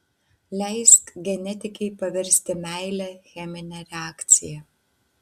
leisk genetikei paversti meilę chemine reakcija